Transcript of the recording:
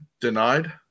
denied